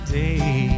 day